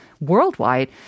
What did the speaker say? worldwide